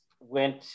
went